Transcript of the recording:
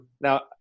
Now